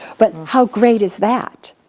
but how great is that?